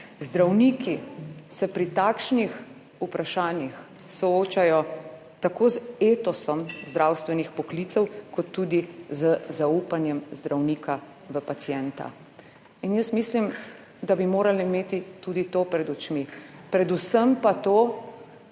Zdravniki se pri takšnih vprašanjih soočajo tako z etosom zdravstvenih poklicev kot tudi z zaupanjem zdravnika v pacienta. Jaz mislim, da bi morali imeti tudi to pred očmi, predvsem pa to,